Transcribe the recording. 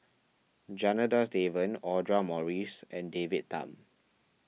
Janadas Devan Audra Morrice and David Tham